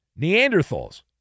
Neanderthals